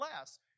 less